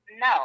no